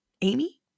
Amy